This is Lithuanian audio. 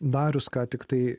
darius ką tiktai